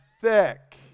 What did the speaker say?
thick